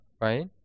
right